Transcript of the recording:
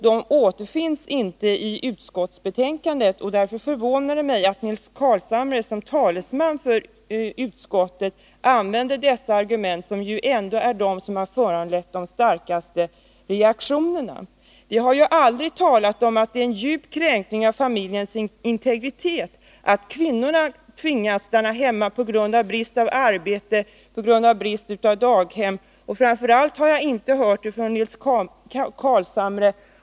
De återfinns inte i utskottsbe tänkandet, och därför förvånar det mig att Nils Carlshamre som talesman för utskottet använder dessa argument, som ju ändå har föranlett de starkaste reaktionerna. Vi har ju aldrig talat om att det är en djup kränkning av familjernas integritet att kvinnorna tvingas stanna hemma på grund av brist på arbete eller på grund av brist på daghem. Framför allt har jag inte hört det argumentet från Nils Carlshamre.